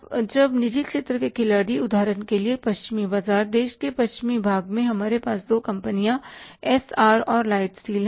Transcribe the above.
अब जब निजी क्षेत्र के खिलाड़ी उदाहरण के लिए पश्चिमी बाजार देश के पश्चिमी भाग में हमारे पास दो कंपनियां एस आर और लॉयड स्टील हैं